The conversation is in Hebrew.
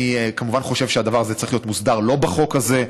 אני כמובן חושב שהדבר הזה צריך להיות מוסדר לא בחוק הזה,